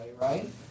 right